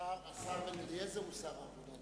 השר בן-אליעזר הוא שר העבודה,